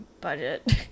budget